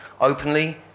openly